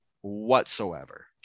whatsoever